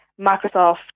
Microsoft